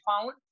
found